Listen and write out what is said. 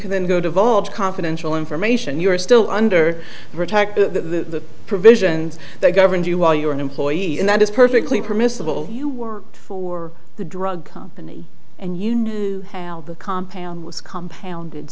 can go to vote confidential information you are still under protect the provisions that govern you while you are an employee and that is perfectly permissible you worked for the drug company and you knew the compound was compounded